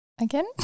Again